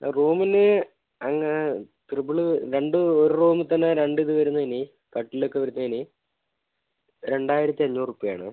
റൂമിന് അങ്ങനെ ത്രിബിള് രണ്ട് ഒരു റൂമിൽ തന്നെ രണ്ട് ഇത് വരുന്നതിന് കട്ടിലൊക്കെ വരുന്നതിന് രണ്ടായിരത്തി അഞ്ഞൂറ് രൂപയാണ്